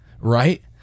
right